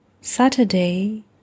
Saturday